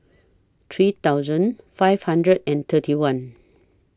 three thousand five hundred and thirty one